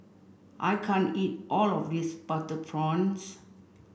I can't eat all of this butter prawns